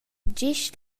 gest